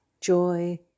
Joy